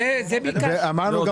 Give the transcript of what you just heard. ביקשנו זאת.